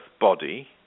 body